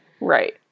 Right